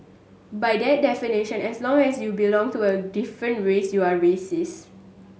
by that definition as long as you belong to a different race you are racist